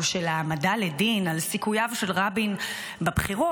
של העמדה לדין על סיכויו של רבין בבחירות,